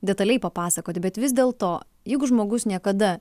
detaliai papasakoti bet vis dėl to jeigu žmogus niekada